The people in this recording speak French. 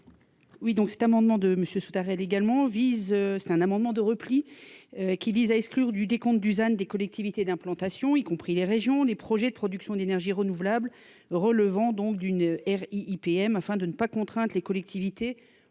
Oui donc cet amendement de monsieur tout à fait légalement vise c'est un amendement de repli. Qui vise à exclure du décompte Dusan des collectivités d'implantation, y compris les régions, les projets de production d'énergie renouvelable relevant donc d'une ère IPM afin de ne pas contraindre les collectivités